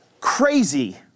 crazy